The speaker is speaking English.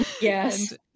Yes